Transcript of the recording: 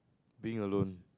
being alone